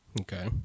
Okay